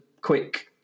quick